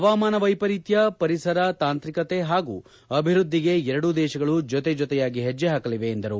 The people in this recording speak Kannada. ಹವಾಮಾನ ವೈಪರೀತ್ಯ ಪರಿಸರ ತಾಂತ್ರಿಕತೆ ಹಾಗೂ ಅಭಿವೃದ್ಧಿಗೆ ಎರಡೂ ದೇಶಗಳು ಜೊತೆಯಾಗಿ ಹೆಜ್ಜೆ ಹಾಕಲಿವೆ ಎಂದರು